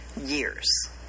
years